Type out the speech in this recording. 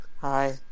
Hi